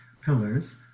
pillars